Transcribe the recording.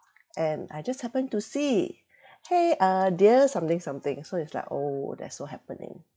and I just happen to see !hey! uh dear something something so it's like oh that's so happening